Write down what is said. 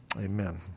Amen